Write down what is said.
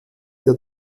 der